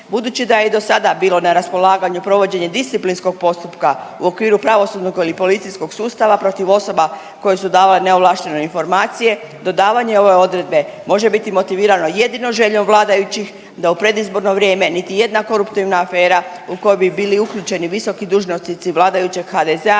Budući da je i dosada bilo na raspolaganju provođenje disciplinskog postupka u okviru pravosudnog ili policijskog sustava protiv osoba koje su davale neovlaštene informacije, dodavanje ove odredbe može biti motivirano jedino željom vladajućih da u predizborno vrijeme niti jedna koruptivna afera u koju bi bili uključeni visoki dužnosnici vladajućeg HDZ-a